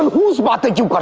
um why did you but